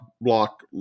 block